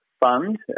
fund